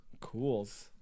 Cools